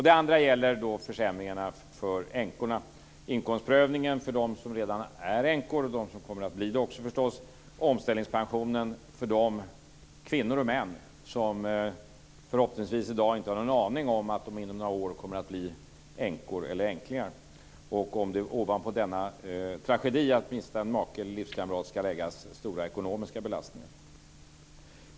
Det andra gäller försämringarna för änkorna, inkomstprövningen för dem som redan är änkor och för dem som kommer att bli det, och omställningspensionen för de kvinnor och män som i dag förhoppningsvis i dag inte har en aning om att de inom några år kommer att bli änkor eller änklingar, och om det ovanpå den tragedi som det innebär att mista en make eller livskamrat ska läggas stora ekonomiska belastningar.